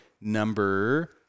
number